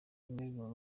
bimwe